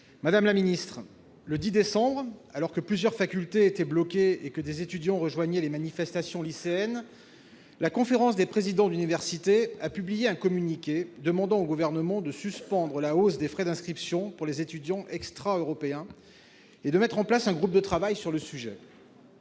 Madame la ministre, le 10 décembre, alors que plusieurs facultés étaient bloquées et que des étudiants rejoignaient les manifestations lycéennes, la Conférence des présidents d'université a publié un communiqué, demandant au Gouvernement de suspendre la hausse des frais d'inscription pour les étudiants extra-européens et de mettre en place un groupe de travail sur le sujet.